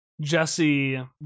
Jesse